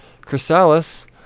Chrysalis